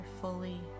fully